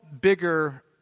bigger